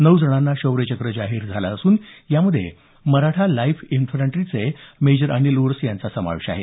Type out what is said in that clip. नऊ जणांना शौर्य चक्र जाहीर झालं असून यामध्ये मराठा लाइट इन्फंट्रीचे मेजर अनिल उर्स यांचा समावेश आहे